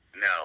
no